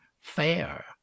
fair